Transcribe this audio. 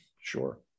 Sure